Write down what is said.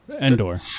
Endor